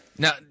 Now